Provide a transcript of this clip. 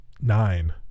nine